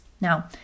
Now